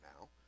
now